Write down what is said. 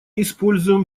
используем